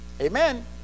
Amen